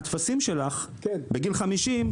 הטפסים שלך בגיל חמישים,